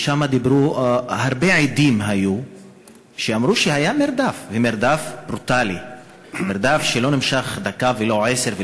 היו שם הרבה עדים שאמרו שהיה מרדף ברוטלי שלא נמשך לא דקה ולא עשר דקות,